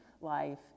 life